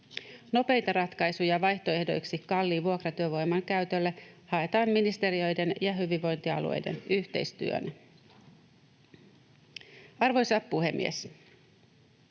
Nopeita ratkaisuja vaihtoehdoiksi kalliin vuokratyövoiman käytölle haetaan ministeriöiden ja hyvinvointialueiden yhteistyönä. Arvoisa puhemies!